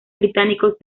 británicos